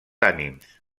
ànims